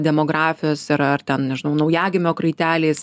demografijos ir ar ten nežinau naujagimio kraiteliais